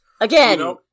Again